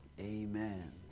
Amen